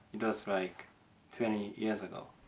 it was like twenty years ago.